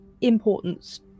importance